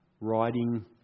writing